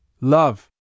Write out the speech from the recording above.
Love